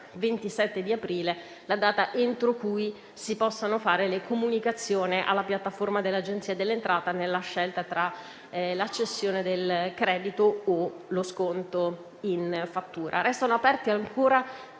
27 di aprile la data entro cui si possono fare le comunicazioni alla piattaforma dell'Agenzia delle entrate nella scelta tra la cessione del credito o lo sconto in fattura. Restano ancora